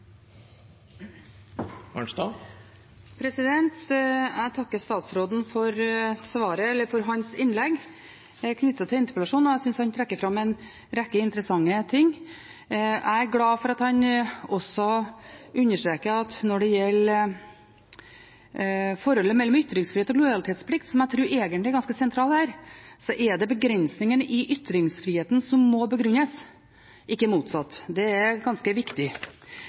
Jeg takker statsråden for hans innlegg knyttet til interpellasjonen, og jeg synes han trekker fram en rekke interessante ting. Jeg er glad for at han også understreker at når det gjelder forholdet mellom ytringsfrihet og lojalitetsplikt, som jeg tror egentlig er ganske sentralt her, er det begrensningene i ytringsfriheten som må begrunnes, ikke motsatt. Det er ganske viktig.